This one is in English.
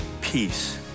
peace